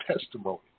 testimony